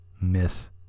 miss